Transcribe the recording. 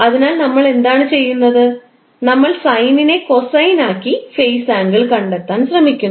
അതിനാൽ നമ്മൾ എന്താണ് ചെയ്യുന്നത് നമ്മൾ സൈനിനെ കോസൈൻ ആക്കി ഫേസ് ആംഗിൾ കണ്ടെത്താൻ ശ്രമിക്കുന്നു